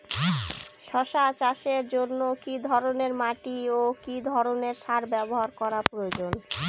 শশা চাষের জন্য কি ধরণের মাটি ও কি ধরণের সার ব্যাবহার করা প্রয়োজন?